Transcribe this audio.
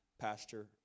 pastor